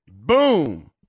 Boom